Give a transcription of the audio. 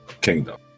kingdom